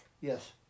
Yes